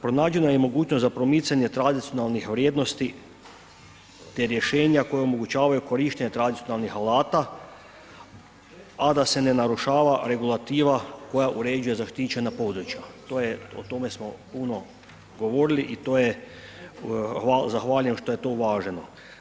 Pronađena je i mogućnost za promicanje tradicionalnih vrijednosti te rješenja koja omogućavaju korištenje tradicionalnih alata a da se ne narušava regulativa koja uređuje zaštićena područja, o tome smo puno govorili i zahvaljujem što je to uvaženo.